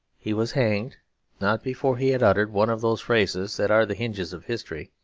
he was hanged not before he had uttered one of those phrases that are the hinges of history.